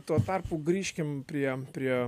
tuo tarpu grįžkim prie prie